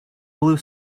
blue